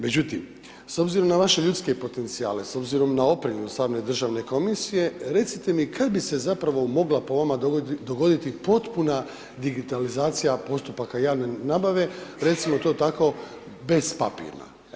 Međutim, s obzirom na vaše ljudske potencijale, s obzirom na opremljenost same državne komisije recite mi kada bi se zapravo mogla po vama dogoditi potpuna digitalizacija postupaka javne nabave, recimo to tako bez papirna.